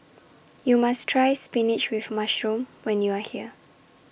YOU must Try Spinach with Mushroom when YOU Are here